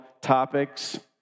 topics